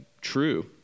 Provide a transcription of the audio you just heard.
true